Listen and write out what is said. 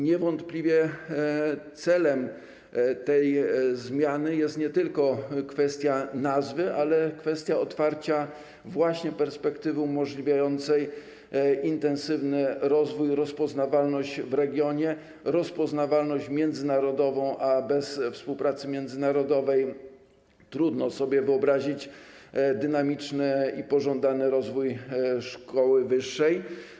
Niewątpliwie celem tej zmiany jest nie tylko kwestia nazwy, ale właśnie kwestia otwarcia perspektywy umożliwiającej intensywny rozwój, rozpoznawalność w regionie, rozpoznawalność międzynarodową, a bez współpracy międzynarodowej trudno sobie wyobrazić dynamiczny i pożądany rozwój szkoły wyższej.